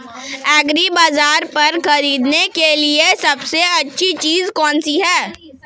एग्रीबाज़ार पर खरीदने के लिए सबसे अच्छी चीज़ कौनसी है?